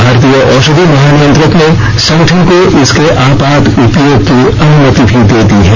भारतीय औषधि महानियंत्रक ने संगठन को इसके आपात उपयोग की अनुमति भी दे दी है